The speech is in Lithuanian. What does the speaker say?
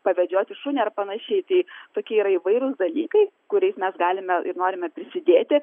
pavedžioti šunį ar panašiai tokie yra įvairūs dalykai kuriais mes galime ir norime prisidėti